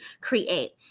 create